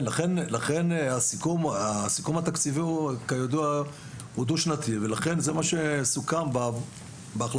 כידוע הסיכום התקציבי הוא דו שנתי ולכן זה מה שסוכם בהחלטת